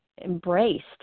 embraced